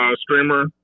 streamer